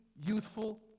youthful